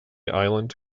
island